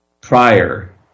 prior